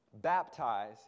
baptize